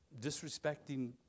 disrespecting